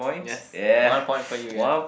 yes one point for you yeah